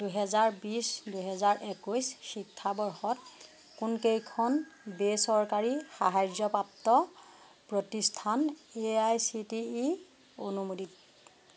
দুহেজাৰ বিছ দুহেজাৰ একৈছ শিক্ষাবৰ্ষত কোনকেইখন বেচৰকাৰী সাহায্যপ্ৰাপ্ত প্ৰতিষ্ঠান A I C T E অনুমোদিত